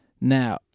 Now